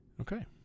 Okay